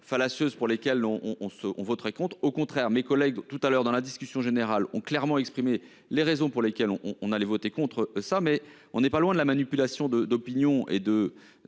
fallacieuses pour lesquels on on se on compte au contraire mes collègues tout à l'heure dans la discussion générale ont clairement exprimé les raisons pour lesquelles on on allait voter contre ça, mais on n'est pas loin de la manipulation de d'opinions et de